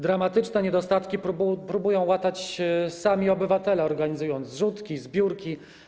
Dramatyczne niedostatki próbują łatać sami obywatele, organizując zrzutki, zbiórki.